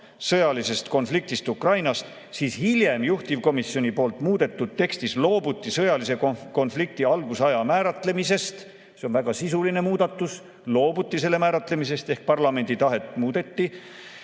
sõjalisest konfliktist Ukrainas, siis hiljem juhtivkomisjon muudetud tekstis loobus sõjalise konflikti algusaja määratlemisest. See on väga sisuline muudatus – loobuti selle määratlemisest ehk parlamendi tahet muudeti.